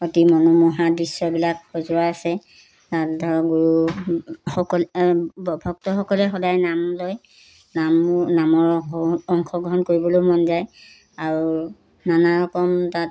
অতি মনোমোহা দৃশ্যবিলাক সজোৱা আছে ধৰক গুৰু সকল ভক্তসকলে সদায় নাম লয় নাম নামৰ অং অংশগ্ৰহণ কৰিবলৈও মন যায় আৰু নানা ৰকম তাত